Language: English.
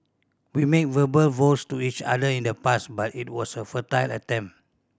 we made verbal vows to each other in the past but it was a futile attempt